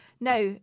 now